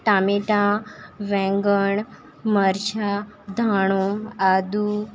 ટામેટાં વેંગણ મરચાં ધાણા આદું